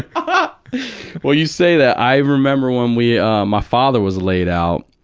ah but well, you say that. i remember when we, um my father was laid out.